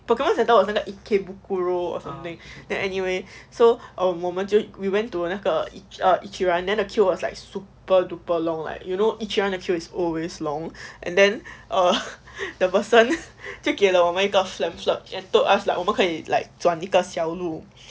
pokemon centre was 那个 ikebukuro or something then anyway so um 我们就 we went to 那个 err ichiran then the queue like super duper long like you know ichiran the queue is always long and then err the person to 就给了我们一个 pamphlet and told us like 我们可以 like 转一个小路